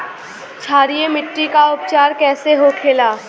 क्षारीय मिट्टी का उपचार कैसे होखे ला?